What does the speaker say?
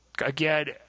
Again